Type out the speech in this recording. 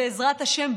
בעזרת השם,